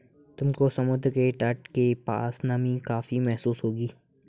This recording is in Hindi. तुमको समुद्र के तट के पास नमी काफी महसूस होगी